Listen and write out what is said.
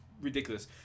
ridiculous